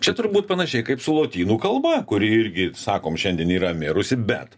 čia turbūt panašiai kaip su lotynų kalba kuri irgi sakom šiandien yra mirusi bet